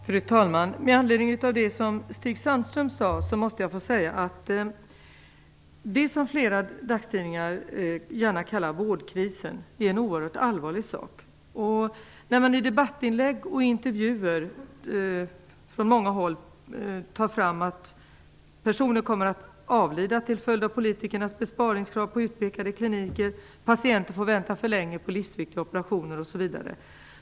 Fru talman! Med anledning av det som Stig Sandström sade, måste jag säga följande. Det som flera dagstidningar gärna kallar för vårdkrisen är en oerhört allvarlig sak. I debattinlägg och intervjuer för man fram att personer kommer att avlida till följd av politikernas besparingsförslag på utpekade kliniker, patienter får vänta för länge på livsviktiga operationer osv.